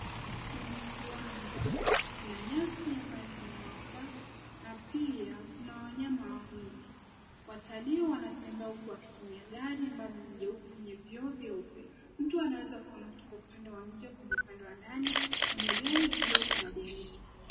Kwenye kiwanja kuna nyasi ambayo imeota na pia kuna wanyama wawili. Watalii wanatembea huku wakitumia gari ambalo ni jeupe lenye vioo vyeupe. Mtu anaweza kuona kutoka upande wa nje kwenye upande wa ndani. Kwenye gari hilo kuna dereva.